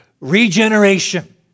Regeneration